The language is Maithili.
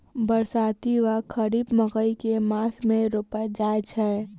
बरसाती वा खरीफ मकई केँ मास मे रोपल जाय छैय?